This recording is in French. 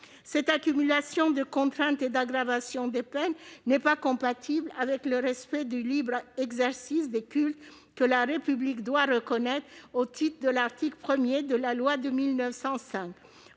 Cette accumulation de contraintes et d'aggravations des peines n'est pas compatible avec le respect du libre exercice des cultes, que la République doit reconnaître en application de l'article 1 de la loi de 1905.